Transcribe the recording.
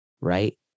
Right